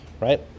right